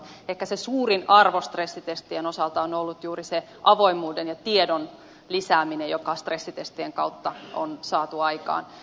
ehkä se suurin arvo stressitestien osalta on ollut juuri se avoimuuden ja tiedon lisääminen joka stressitestien kautta on saatu aikaan